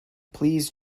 please